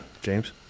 James